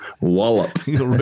wallop